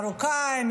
מרוקאים,